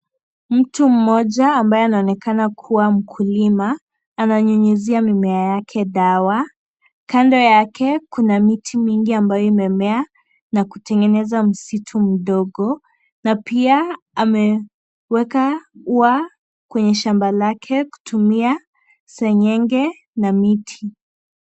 Mtu mmoja ambaye anaonekana kuwa mkulima, ananyunyizia mimea yake dawa, kando yake kuna miti mingi ambayo imemea, na kutengeneza msitu mdogo na pia, ameweka ua kwenye shamba lake kutumia, sengenge na miti.